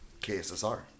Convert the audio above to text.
KSSR